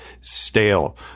stale